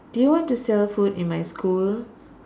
do you want to sell food in my school